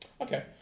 Okay